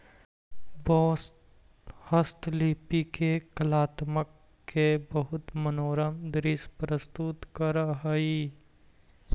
बाँस हस्तशिल्पि के कलात्मकत के बहुत मनोरम दृश्य प्रस्तुत करऽ हई